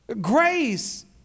grace